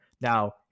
now